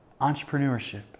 Entrepreneurship